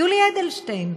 יולי אדלשטיין,